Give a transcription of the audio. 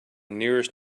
nearest